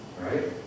Right